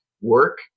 work